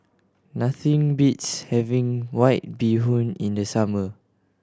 nothing beats having White Bee Hoon in the summer